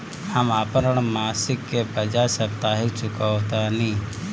हम अपन ऋण मासिक के बजाय साप्ताहिक चुकावतानी